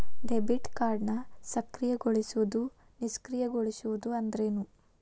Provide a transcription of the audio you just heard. Debit ಕಾರ್ಡ್ನ ಸಕ್ರಿಯಗೊಳಿಸೋದು ನಿಷ್ಕ್ರಿಯಗೊಳಿಸೋದು ಅಂದ್ರೇನು?